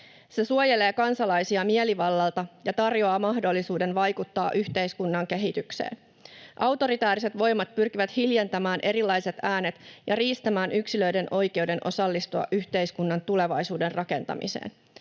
se suojelee kansalaisia mielivallalta ja tarjoaa mahdollisuuden vaikuttaa yhteiskunnan kehitykseen. Autoritääriset voimat pyrkivät hiljentämään erilaiset äänet ja riistämään yksilöiden oikeuden osallistua yhteiskunnan tulevaisuuden rakentamiseen.